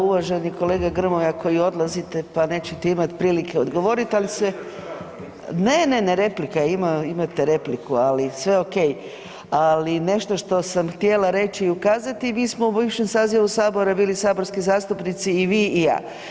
Uvaženi kolega Grmoja koji odlazite pa neće imati prilike odgovoriti, ali se, ne, ne replika je, imate replika, ali sve ok, ali nešto što sam htjela reći i ukazati mi smo u bivšem sazivu sabora bili saborski zastupnici i vi i ja.